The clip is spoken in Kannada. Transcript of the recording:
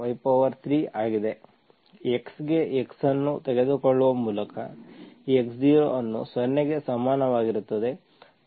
x ಗೆ x ಅನ್ನು ತೆಗೆದುಕೊಳ್ಳುವ ಮೂಲಕ x0 ಅನ್ನು 0 ಗೆ ಸಮಾನವಾಗಿರುತ್ತದೆ